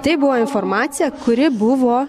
tai buvo informacija kuri buvo